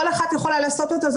כל אחת יכולה לעשות את זה,